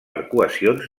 arcuacions